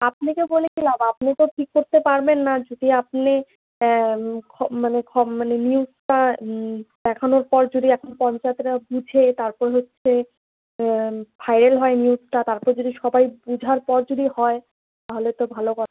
আপনাকে বলে কী লাভ আপনি তো ঠিক করতে পারবেন না যদি আপনি খ মানে খ মানে নিউসটা দেখানোর পর যদি এখন পঞ্চায়েতরা বুঝে তারপর হচ্ছে ফাইল হয় নিউসটা তারপর যদি সবাই বুঝার পর যদি হয় তাহলে তো ভালো কথা